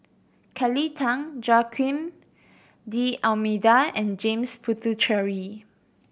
Kelly Tang Joaquim D'Almeida and James Puthucheary